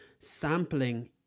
sampling